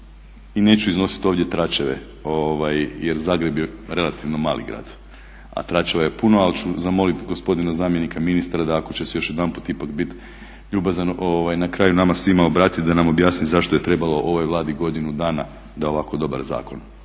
i neću iznositi ovdje tračeve jer Zagreb je relativno mali grad a tračeva je puno ali ću zamoliti gospodina zamjenika ministra da ako će još jedanput ipak biti ljubazan na kraju nama svim obratiti da nam objasni zašto je trebalo ovoj Vladi godinu dana da da ovako dobar zakon,